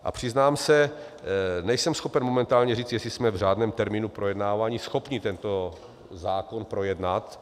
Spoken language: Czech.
A přiznám se, nejsem schopen momentálně říct, jestli jsme v řádném termínu projednáváni schopni tento zákon projednat.